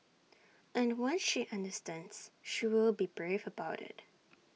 and one she understands she will be brave about IT